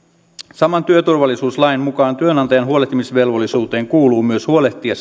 saman työturvallisuuslain mukaan työnantajan huolehtimisvelvollisuuteen kuuluu myös huolehtia